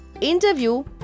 interview